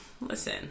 listen